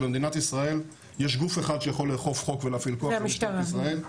במדינת ישראל יש גוף אחד שיכול לאכוף חוק ולהפעיל כוח וזו משטרת ישראל.